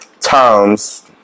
times